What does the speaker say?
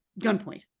gunpoint